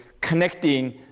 connecting